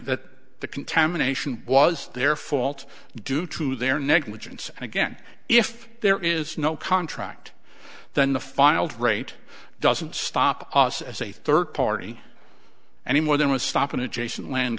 that the contamination was their fault due to their negligence and again if there is no contract then the filed rate doesn't stop us as a third party any more than will stop an adjacent land